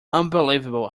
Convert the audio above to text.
unbelievable